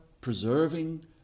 preserving